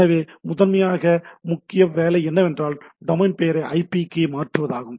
எனவே முதன்மையாக முக்கிய வேலை என்னவென்றால் டொமைன் பெயரை ஐபிக்கு மாற்றுவதாகும்